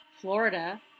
Florida